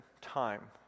time